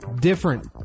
different